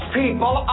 people